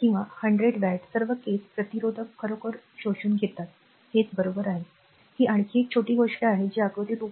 किंवा 100 वॅटचे सर्व केस प्रतिरोधक खरोखर शोषून घेतात हेच बरोबर आहे ही आणखी एक छोटी गोष्ट आहे जी आकृती २